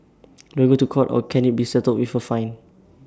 do I go to court or can IT be settled with A fine